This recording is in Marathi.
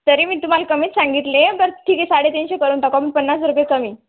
तरी मी तुम्हाला कमीच सांगितले तर ठीक आहे साडेतीनशे करून टाकू मग पन्नास रुपये कमी